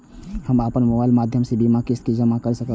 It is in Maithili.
हम अपन मोबाइल के माध्यम से बीमा के किस्त के जमा कै सकब?